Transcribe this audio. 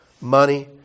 money